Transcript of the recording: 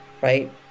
right